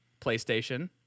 playstation